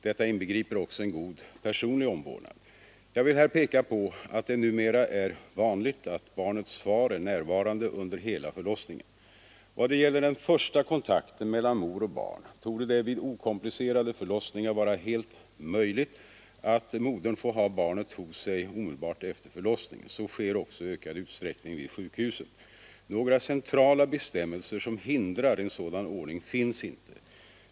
Detta inbegriper också en god personlig omvårdnad. Jag vill här peka på att det numera är vanligt att barnets far är närvarande under hela förlossningen. Vad det gäller den första kontakten mellan mor och barn torde det vid okomplicerade förlossningar vara helt möjligt att modern får ha barnet hos sig omedelbart efter förlossningen. Så sker också i ökad utsträckning vid sjukhusen. Några centrala bestämmelser som hindrar en sådan ordning finns inte.